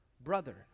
brother